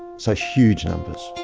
so huge numbers.